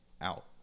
out